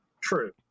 True